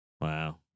Wow